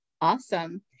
Awesome